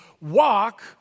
Walk